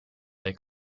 they